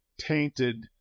tainted